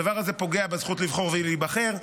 הדבר הזה פוגע בזכות לבחור ולהיבחר,